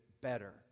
better